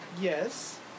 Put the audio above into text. yes